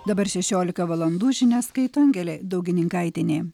dabar šešiolika valandų žinias skaito angelė daugininkaitienė